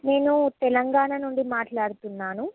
నేను తెలంగాణ నుండి మాట్లాడుతున్నాను